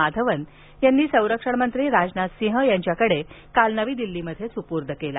माधवन यांनी संरक्षण मंत्री राजनाथ सिंग यांना काल नवी दिल्ली येथे सुपूर्त केला